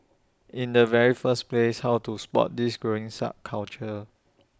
in the very first place how to spot this growing subculture